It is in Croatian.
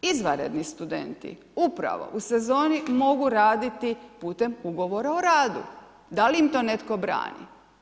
Izvanredni studenti upravo u sezoni mogu raditi putem ugovora o radu, da li im to netko brani?